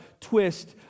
twist